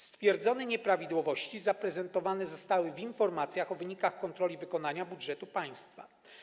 Stwierdzone nieprawidłowości zostały zaprezentowane w informacjach o wynikach kontroli wykonania budżetu państwa.